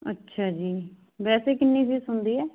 ਅੱਛਾ ਜੀ ਵੈਸੇ ਕਿੰਨੀ ਫੀਸ ਹੁੰਦੀ ਹੈ